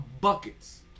buckets